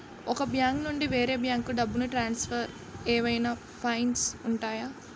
ఒక బ్యాంకు నుండి వేరే బ్యాంకుకు డబ్బును ట్రాన్సఫర్ ఏవైనా ఫైన్స్ ఉంటాయా?